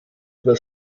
über